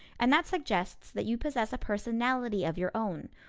and that suggests that you possess a personality of your own,